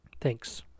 Thanks